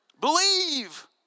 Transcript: Believe